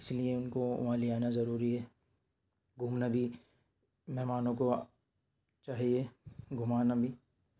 اِس لئے اُن کو وہاں لے آنا ضروری ہے گھومنا بھی مہمانوں کو چاہیے گھمانا بھی